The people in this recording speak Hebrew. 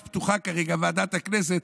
ועדת הכנסת,